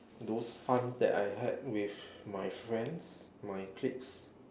those fun that I had with my friends my cliques